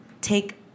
take